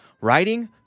writing